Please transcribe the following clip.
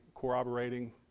corroborating